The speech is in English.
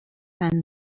fan